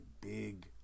big